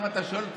אם אתה שואל אותי,